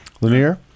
Lanier